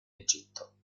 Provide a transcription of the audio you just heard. egitto